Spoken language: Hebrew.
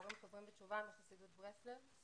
להורים חוזרים בתשובה בחסידות ברסלב.